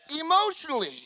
Emotionally